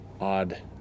odd